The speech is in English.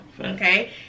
Okay